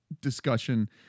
discussion